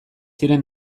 ziren